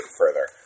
further